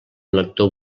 lector